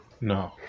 no